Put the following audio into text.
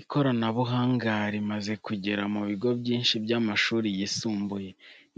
Ikoranabuhanga rimaze kugera mu bigo byinshi by'amashuri yisumbuye.